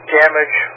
damage